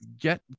get